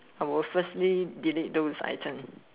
I was firstly delete those item